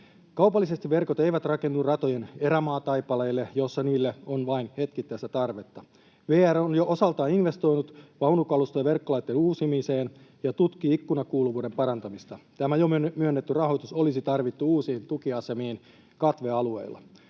Kaupallisesti verkot eivät rakennu ratojen erämaataipaleille, joilla niille on vain hetkittäistä tarvetta. VR on jo osaltaan investoinut vaunukaluston ja verkkolaitteiden uusimiseen ja tutkii ikkunakuuluvuuden parantamista. Tämä jo myönnetty rahoitus olisi tarvittu uusiin tukiasemiin katvealueilla.